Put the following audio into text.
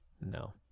No